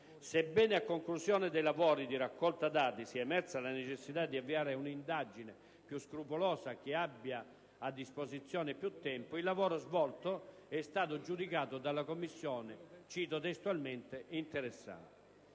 Sebbene a conclusione dei lavori di raccolta dati sia emersa la necessità di avviare un'indagine più scrupolosa e che abbia a disposizione più tempo, il lavoro svolto è stato giudicato dalla Commissione - cito testualmente - «interessante».